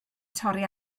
torri